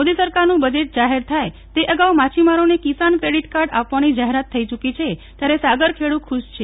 મોદી સરકારનું બજેટ જાહેર થાય તે અગાઉ માછીમારોને કિસાન ક્રેડિટ કાર્ડ આપવાની જાહેરાત થઇ ચૂકી છે ત્યારે સાગરખેડૂ ખુશ છે